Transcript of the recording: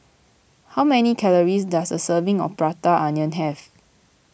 how many calories does a serving of Prata Onion have